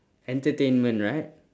entertainment right